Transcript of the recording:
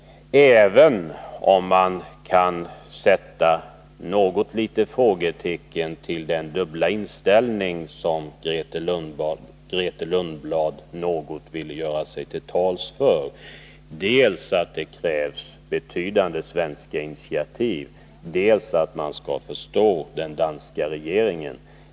Man kan kanske sätta ett litet frågetecken när det gäller den dubbla inställning som Grethe Lundblad i viss mån ville göra sig till talesman för: dels att det krävs betydande svenska initiativ, dels att man skall förstå den danska regeringen.